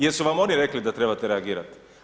Jesu vam oni rekli da trebate reagirat?